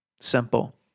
Simple